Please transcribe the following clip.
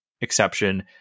exception